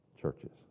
churches